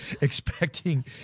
expecting